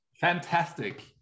Fantastic